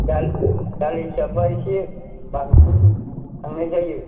दाल दाल हिसाबबा एसे बांसिन थांनाय जायो